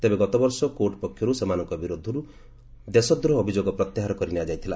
ତେବେ ଗତବର୍ଷ କୋର୍ଟ ପକ୍ଷରୁ ସେମାନଙ୍କ ବିରୁଦ୍ଧରୁ ଦେଶ ଦ୍ରୋହ ଅଭିଯୋଗ ପ୍ରତ୍ୟାହାର କରିନିଆ ଯାଇଥିଲା